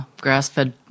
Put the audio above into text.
grass-fed